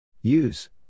use